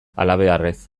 halabeharrez